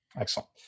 Excellent